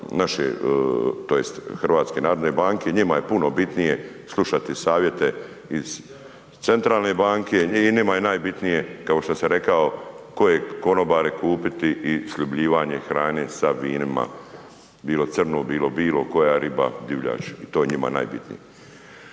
naše tj. HNB-a, njima je puno bitnije slušati savjete iz Centralne banke i njima je najbitnije kao što sam rekao, koje konobare kupiti i sljubljivanje hrane sa vinima, bilo crno, bilo bijelo, koja riba, divljač, i to je njima najbitnije.